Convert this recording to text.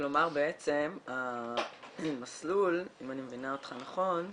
כלומר בעצם המסלול, אם אני מבינה אותך נכון,